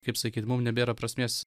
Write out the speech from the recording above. kaip sakyt mum nebėra prasmės